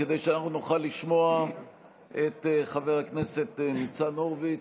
כדי שאנחנו נוכל לשמוע את חבר הכנסת ניצן הורוביץ.